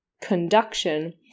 conduction